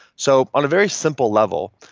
so on a very simple level,